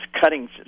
cutting